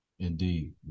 Indeed